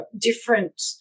different